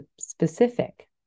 specific